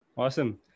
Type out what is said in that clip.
Awesome